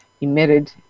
emitted